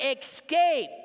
escape